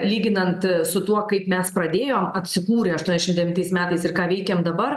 lyginant su tuo kaip mes pradėjom atsikūrę aštuoniašim devintais metais ir ką veikiam dabar